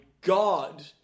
god